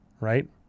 right